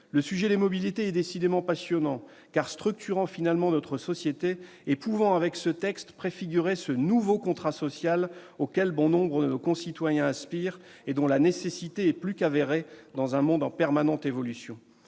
Le sujet des mobilités est décidément passionnant, car, en définitive, il structure notre société. Avec ce texte, il peut préfigurer ce nouveau contrat social auquel bon nombre de nos concitoyens aspirent et dont la nécessité est plus qu'avérée dans un monde en permanente évolution.